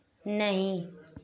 नहीं